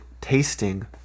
tasting